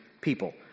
people